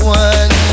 one